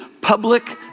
public